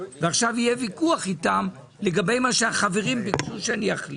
עכשיו יהיה ויכוח איתם לגבי מה שהחברים ביקשו שאני אחליט.